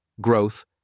growth